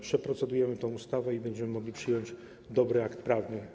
Przeprocedujemy tę ustawę i będziemy mogli przyjąć dobry akt prawny.